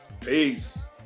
Peace